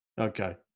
okay